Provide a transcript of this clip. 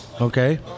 Okay